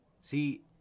see